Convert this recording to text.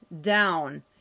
down